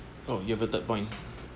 oh you have a third point